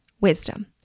wisdom